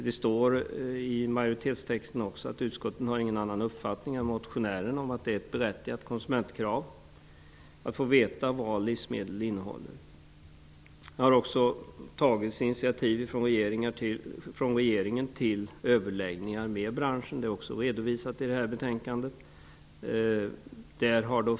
Det står i majoritetstexten att utskottet inte har någon annan uppfattning än motionären om att det är ett berättigat konsumentkrav att få veta vad livsmedel innehåller. Det har också tagits initiativ från regeringen till överläggningar med branschen, vilket även redovisats i detta betänkande.